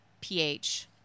ph